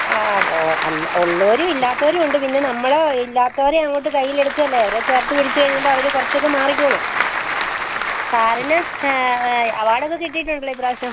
ആവോ അല്ല ഉള്ളവരും ഇല്ലാത്തവരും ഉണ്ട് പിന്നെ നമ്മൾ ഇല്ലാത്തവരെ അങ്ങോട്ട് കൈയിൽ എടുക്കല്ലേ അവരെ ചേത്തു പിടിച്ചു കഴിയുമ്പം അവർ കുറച്ചൊക്കെ മാറിക്കോളും സാറിന് അവാർഡൊക്കെ കിട്ടിയിട്ടുണ്ടല്ലോ ഈപ്രാവശ്യം